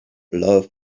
love